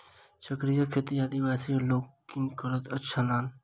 चक्रीय खेती आदिवासी लोकनि करैत छलाह